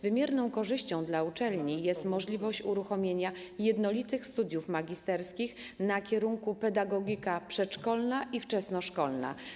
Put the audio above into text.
Wymierną korzyścią dla uczelni jest możliwość uruchomienia jednolitych studiów magisterskich na kierunku pedagogika przedszkolna i wczesnoszkolna.